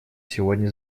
сегодня